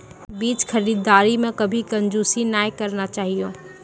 बीज खरीददारी मॅ कभी कंजूसी नाय करना चाहियो